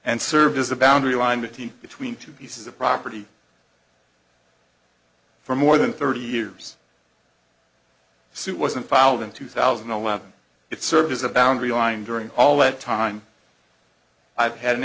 and served as a boundary line between between two pieces of property for more than thirty years suit wasn't filed in two thousand and eleven it served as a boundary line during all that time i've had an